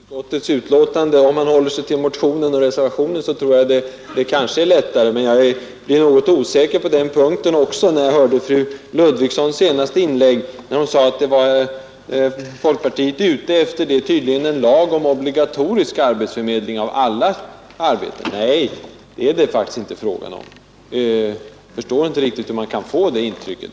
förstå inrikesutskottets betänkande. Om han håller sig till motionen och reservationen tror jag att han har det lättare. Men att det kan finnas svårigheter också att förstå reservationen framgår av fru Ludvigssons senaste inlägg. Hon sade att folkpartiet tydligen är ute efter en lag om obligatorisk arbetsförmedling av alla arbeten. Nej, det är det faktiskt inte fråga om. Jag förstår inte riktigt hur man kan få detta intryck.